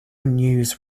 news